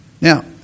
Now